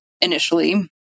initially